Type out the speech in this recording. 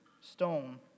stone